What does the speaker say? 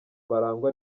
barangwa